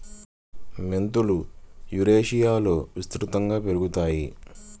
మెంతులు యురేషియాలో విస్తృతంగా పెరుగుతాయి